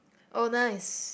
owner is